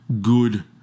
good